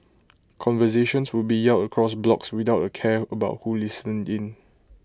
conversations would be yelled across blocks without A care about who listened in